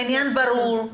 העניין ברור.